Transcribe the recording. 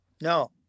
No